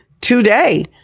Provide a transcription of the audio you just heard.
today